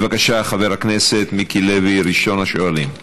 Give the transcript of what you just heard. בבקשה, חבר הכנסת מיקי לוי, ראשון השואלים.